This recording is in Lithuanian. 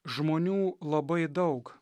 žmonių labai daug